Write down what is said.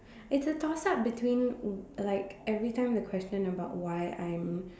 it's a toss up between wh~ like every time the question about why I'm